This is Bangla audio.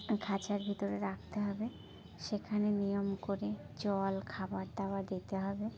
খাঁচার ভিতরে রাখতে হবে সেখানে নিয়ম করে জল খাবার দাবার দিতে হবে